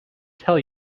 tell